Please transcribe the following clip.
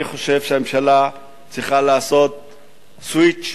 אני חושב שהממשלה צריכה לעשות סוויץ',